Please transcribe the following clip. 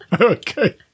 Okay